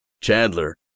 Chandler